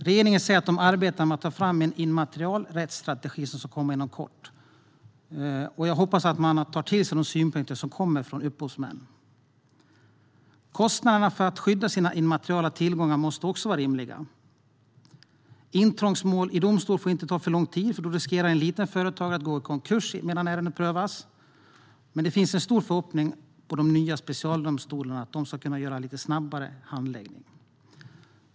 Regeringen säger att den arbetar med att ta fram en immaterialrättsstrategi, som ska komma inom kort. Jag hoppas att man tar till sig de synpunkter som kommer från upphovsmän. Kostnaderna för att skydda sina immateriella tillgångar måste också vara rimliga. Intrångsmål i domstol får inte ta för lång tid, för då riskerar en liten företagare att gå i konkurs medan ärendet prövas. Men det finns en stor förhoppning om att de nya specialdomstolarna ska innebära lite snabbare handläggning.